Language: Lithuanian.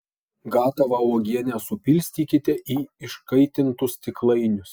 gatavą uogienę supilstykite į iškaitintus stiklainius